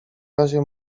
razie